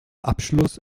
abschluss